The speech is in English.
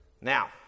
Now